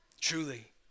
truly